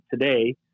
today